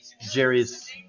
Jerry's